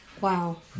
Wow